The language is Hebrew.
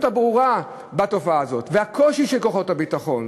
הברורה בתופעה הזאת והקושי של כוחות הביטחון,